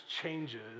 changes